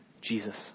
Jesus